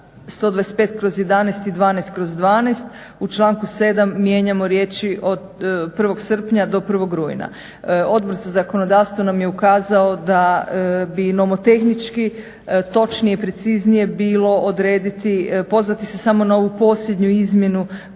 125/11. i 12/12. u članku 7. mijenjamo riječi od 1. srpnja do 1. rujna. Odbor za zakonodavstvo nam je ukazao da bi nomotehnički točnije i preciznije bilo odrediti, pozvati se samo na ovu posljednju izmjenu